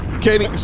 Katie